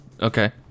okay